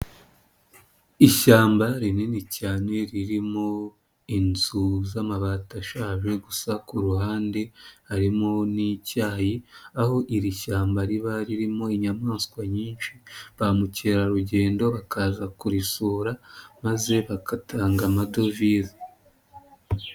Ishyamba rinini cyane ririmo inzu z'amabati ashaje gusa ku ruhande harimo n'icyayi, aho iri shyamba riba ririmo inyamaswa nyinshi ba mukerarugendo bakaza kurisura maze bagatanga amadovize.